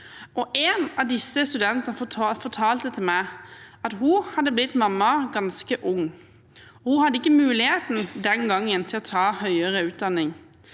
En av disse studentene fortalte meg at hun hadde blitt mamma ganske ung. Hun hadde ikke muligheten den gangen til å ta høyere utdanning.